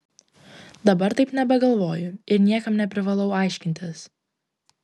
dabar taip nebegalvoju ir niekam neprivalau aiškintis